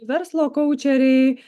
verslo koučeriai